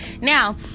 Now